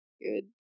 Good